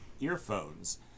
earphones